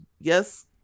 Yes